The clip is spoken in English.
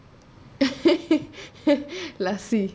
lassi